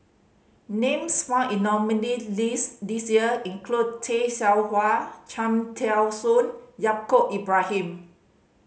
names found in nominee' list this year include Tay Seow Huah Cham Tao Soon and Yaacob Ibrahim